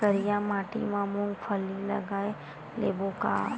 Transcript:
करिया माटी मा मूंग फल्ली लगय लेबों का?